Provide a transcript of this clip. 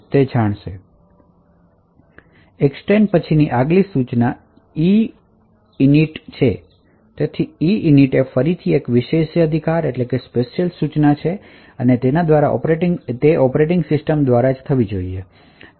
તેથી EEXTEND પછીની આગલી સૂચના EINIT છે EINIT એ ફરીથી એક વિશેષાધિકાર સૂચના છે અને તે ઓપરેટિંગ સિસ્ટમ દ્વારા થવી જોઈએ